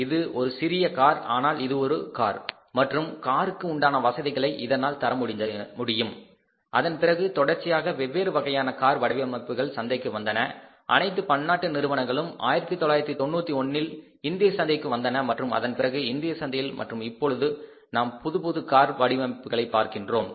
இது ஒரு சிறிய கார் ஆனால் இது ஒரு கார் மற்றும் காருக்கு உண்டான வசதிகளை இதனால் தரமுடியும் அதன் பிறகு தொடர்ச்சியாக வெவ்வேறு வகையான கார் வடிவமைப்புகள் சந்தைக்கு வந்தன அனைத்து பன்னாட்டு நிறுவனங்களும் 1991இல் இந்திய சந்தைக்கு வந்தன மற்றும் அதன்பிறகு இந்திய சந்தையில் மற்றும் இப்பொழுது நாம் புது புது கார் வடிவமைப்புகளை பார்க்கின்றோம்